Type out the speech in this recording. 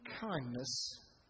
kindness